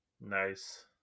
nice